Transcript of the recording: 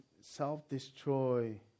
self-destroy